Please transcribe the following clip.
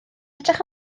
edrych